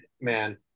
man